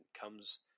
comes